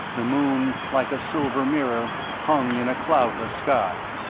the moon, like a silver mirror, hung in a cloudless sky.